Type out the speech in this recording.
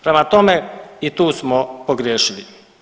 Prema tome i tu smo pogriješili.